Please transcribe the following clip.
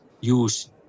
use